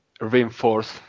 reinforce